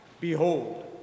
Behold